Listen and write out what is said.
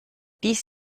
dies